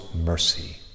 mercy